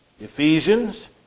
Ephesians